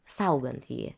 saugant jį